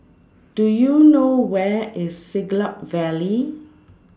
Do YOU know Where IS Siglap Valley